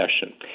session